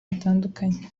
bitandukanye